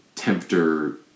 Tempter